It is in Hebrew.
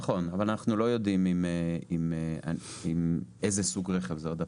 נכון, אבל אנחנו לא יודעים איזה סוג רכב זה.